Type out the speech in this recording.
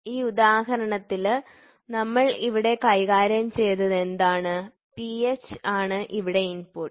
ഈ ഉദാഹരണത്തില് നമ്മൾ ഇവിടെ കൈകാര്യം ചെയതത് എന്താണ് പിഎച്ച് ആണ് ഇവിടെ ഇൻപുട്ട്